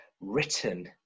written